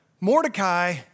Mordecai